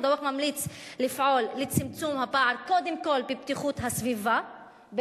לפעול לצמצום הפער קודם כול בבטיחות הסביבה,